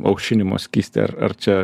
aušinimo skystį ar ar čia